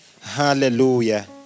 Hallelujah